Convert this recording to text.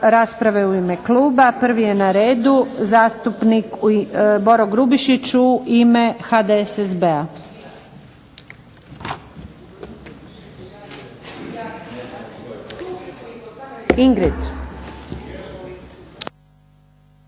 rasprave u ime kluba. Prvi je na redu zastupnik Boro Grubišić u ime HDSSB-a. Htjela